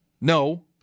no